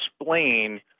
explain